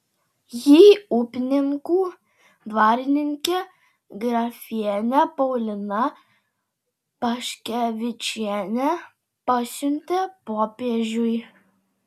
jį upninkų dvarininkė grafienė paulina paškevičienė pasiuntė popiežiui